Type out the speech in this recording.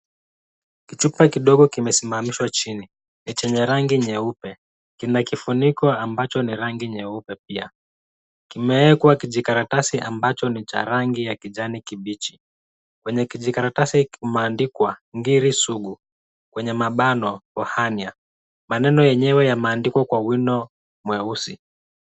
Kichupa kidogo kimesimamishwa chini, ni chenye rangi nyeupe. Kina kifuniko ambacho ni rangi nyeupe pia. Kimewekwa kijikaratasi ambacho ni cha rangi ya kijani kibichi. Kwenye kijikaratasi kumeandikwa ngiri sugu, kwenye mabano for hernia . Maneno yenyewe yameandikwa kwa wino mweusi.